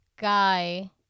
guy